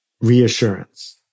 Reassurance